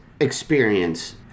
experience